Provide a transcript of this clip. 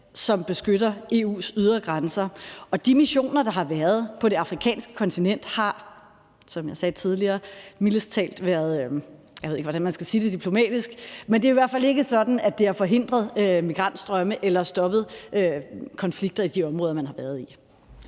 som beskytter EU's ydre grænser. Og de missioner, der har været på det afrikanske kontinent, har mildest talt, som jeg sagde tidligere – jeg ved ikke, hvordan man skal sige det diplomatisk – i hvert fald ikke forhindret migrantstrømme eller stoppet konflikter i de områder, man har været i.